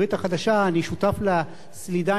אני שותף לסלידה האינסטינקטיבית של